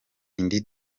indi